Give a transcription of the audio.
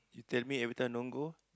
you tell me every time don't go